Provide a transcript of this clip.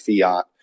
fiat